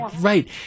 right